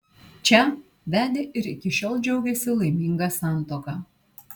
čia vedė ir iki šiol džiaugiasi laiminga santuoka